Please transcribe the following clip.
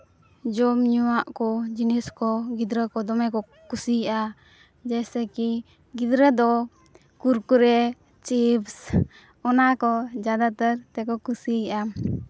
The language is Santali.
ᱡᱚᱢᱼᱧᱩᱣᱟᱜ ᱠᱚ ᱡᱤᱱᱤᱥ ᱠᱚ ᱜᱤᱫᱽᱨᱟᱹ ᱠᱚ ᱫᱚᱢᱮ ᱠᱚᱠᱩᱥᱤᱭᱟᱜᱼᱟ ᱡᱮᱭᱥᱮ ᱠᱤ ᱜᱤᱫᱽᱨᱟᱹ ᱫᱚ ᱠᱩᱨᱠᱩᱨᱮ ᱪᱤᱯᱥ ᱚᱱᱟ ᱠᱚ ᱡᱟᱫᱟᱛᱟᱨ ᱠᱚ ᱠᱩᱥᱤᱭᱟᱜᱼᱟ